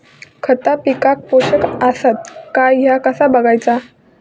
खता पिकाक पोषक आसत काय ह्या कसा बगायचा?